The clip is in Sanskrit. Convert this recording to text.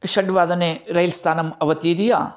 षड्वादने रेयल् स्थानम् अवतीर्य